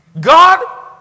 God